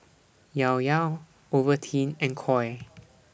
Llao Llao Ovaltine and Koi